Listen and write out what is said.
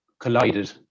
Collided